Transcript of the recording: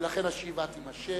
ולכן הישיבה תימשך.